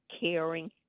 caring